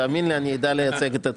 תאמין לי, אני יודע לייצג את עצמי.